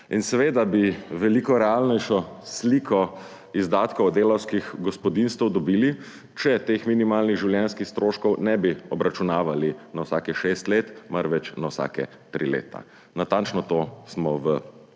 Seveda bi veliko realnejšo sliko izdatkov delavskih gospodinjstev dobili, če teh minimalnih življenjskih stroškov ne bi obračunavali na vsakih šest let, marveč na vsake tri leta. Natančno to smo v Levici